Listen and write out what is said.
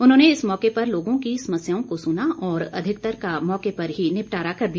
उन्होंने इस मौके पर लोगों की समस्याओं का सुना और अधिकतर का मौके पर ही निपटारा कर दिया